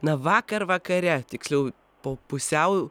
na vakar vakare tiksliau po pusiau